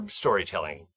storytelling